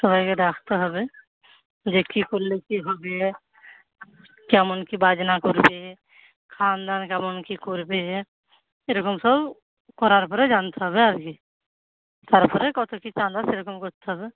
সবাইকে ডাকতে হবে যে কি করলে কি হবে কেমন কি বাজনা করবে খাওয়া দাওয়া কেমন কি করবে এরকম সব করার পরে জানতে হবে আর কি তারপরে কত কি চাঁদা সেরকম করতে হবে